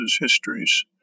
histories